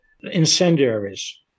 incendiaries